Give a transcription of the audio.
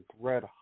red